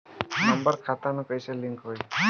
Number खाता से कईसे लिंक होई?